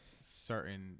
certain